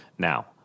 Now